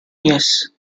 yes